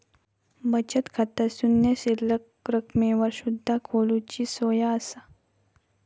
बचत खाता शून्य शिल्लक रकमेवर सुद्धा खोलूची सोया असा